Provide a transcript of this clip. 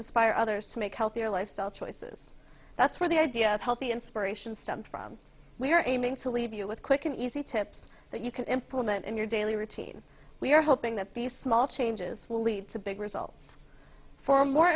inspire others to make healthier lifestyle choices that's where the idea of healthy inspiration stems from we are aiming to leave you with quick and easy tips that you can implement in your daily routine we are hoping that these small changes will lead to big results for more